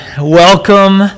Welcome